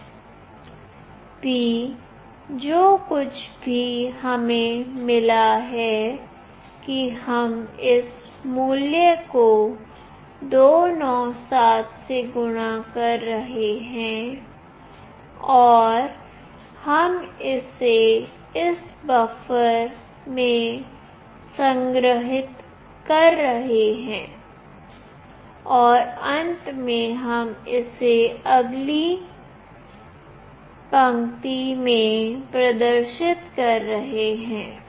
p जो कुछ भी हमें मिला है कि हम इस मूल्य को 297 से गुणा कर रहे हैं और हम इसे इस बफ़र में संग्रहीत कर रहे हैं और अंत में हम इसे अगली पंक्ति में प्रदर्शित कर रहे हैं